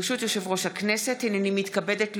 ברשות יושב-ראש הכנסת, הינני מתכבדת להודיעכם,